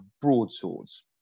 broadswords